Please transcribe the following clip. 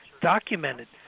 documented